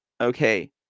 Okay